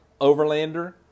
overlander